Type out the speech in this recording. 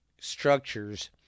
structures